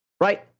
Right